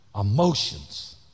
emotions